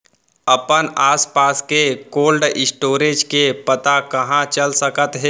अपन आसपास के कोल्ड स्टोरेज के पता कहाँ चल सकत हे?